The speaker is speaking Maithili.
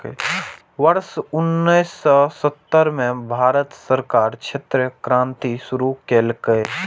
वर्ष उन्नेस सय सत्तर मे भारत सरकार श्वेत क्रांति शुरू केलकै